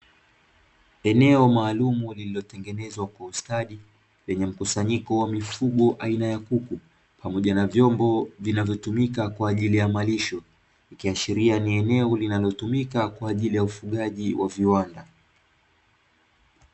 Eneo maalumu lililotengenezwa kwa ustadi, lenye mkusanyiko wa mifugo aina ya kuku, pamoja na vyombo vinavyotumika kwa ajili ya malisho. Ikiashiria ni eneo linalotumika kwa ajili ya ufugaji wa viwanda.